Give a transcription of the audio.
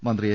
മന്ത്രി എ